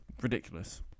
Ridiculous